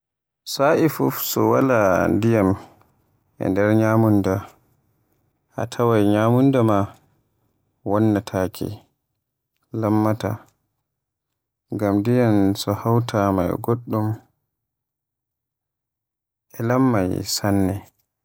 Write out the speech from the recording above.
Sa'i fuf to waala ndiyam e nder nyamunda a tawai nyamunda ma wonnotaake, kamata, ngam ndiyam so hautaama e goddum e lammai sanne.